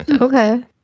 Okay